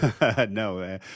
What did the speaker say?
no